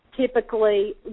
typically